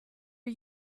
are